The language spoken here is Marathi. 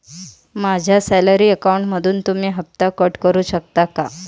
माझ्या सॅलरी अकाउंटमधून तुम्ही हफ्ता कट करू शकता का?